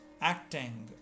acting